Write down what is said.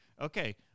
Okay